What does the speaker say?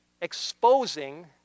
exposing